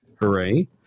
hooray